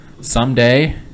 someday